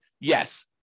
yes